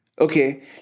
Okay